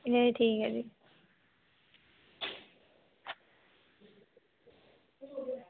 नेईं ठीक ऐ भी